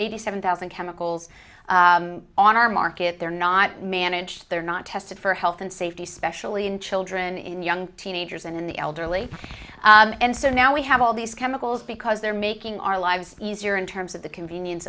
eighty seven thousand chemicals on our market they're not managed they're not tested for health and safety especially in children in young teenagers and in the elderly and so now we have all these chemicals because they're making our lives easier in terms of the convenience